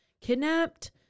Kidnapped